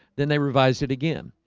then they revised it again,